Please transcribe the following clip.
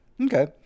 Okay